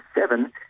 seven